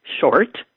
short